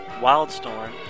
Wildstorm